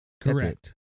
Correct